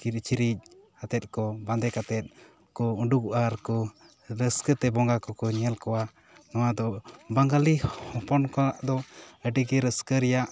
ᱠᱤᱨᱪᱨᱤᱡ ᱟᱛᱮᱫ ᱠᱚ ᱵᱟᱫᱮ ᱠᱟᱛᱮᱫ ᱠᱚ ᱩᱰᱩᱠᱚᱜᱼᱟ ᱟᱨᱠᱚ ᱨᱟᱹᱥᱠᱟᱹ ᱛᱮ ᱵᱚᱸᱜᱟ ᱠᱚ ᱠᱚ ᱧᱮᱞ ᱠᱚᱣᱟ ᱱᱚᱶᱟ ᱫᱚ ᱵᱟᱸᱜᱟᱞᱤ ᱦᱚᱯᱚᱱ ᱠᱚᱭᱟᱜ ᱫᱚ ᱟᱹᱰᱤ ᱜᱮ ᱨᱟᱹᱥᱠᱟᱹ ᱨᱮᱭᱟᱜᱼᱟ